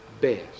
best